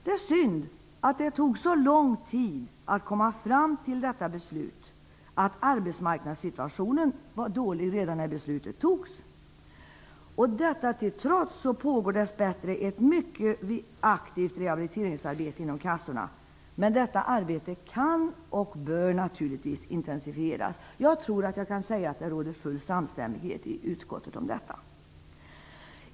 Det är synd att det tog så lång tid att komma fram till detta beslut och att arbetsmarknadssituationen var dålig redan när beslutet fattades. Detta till trots pågår dess bättre ett mycket aktivt rehabiliteringsarbete inom kassorna. Det arbetet kan och bör dock naturligtvis intensifieras. Jag tror att jag kan säga att det råder full samstämmighet i utskottet om detta.